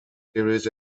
series